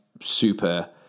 super